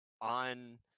on